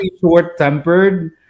short-tempered